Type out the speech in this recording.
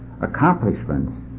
accomplishments